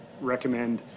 recommend